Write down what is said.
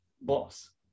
boss